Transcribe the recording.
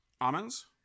Almonds